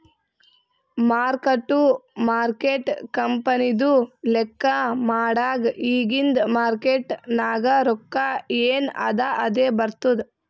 mark to market ಕಂಪನಿದು ಲೆಕ್ಕಾ ಮಾಡಾಗ್ ಇಗಿಂದ್ ಮಾರ್ಕೇಟ್ ನಾಗ್ ರೊಕ್ಕಾ ಎನ್ ಅದಾ ಅದೇ ಬರ್ತುದ್